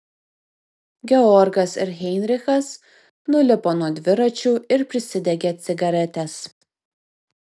georgas ir heinrichas nulipo nuo dviračių ir prisidegė cigaretes